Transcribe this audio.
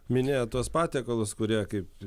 minėjot tuos patiekalus kurie kaip